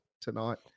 tonight